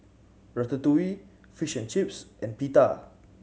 Ratatouille Fish and Chips and Pita